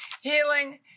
healing